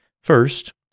First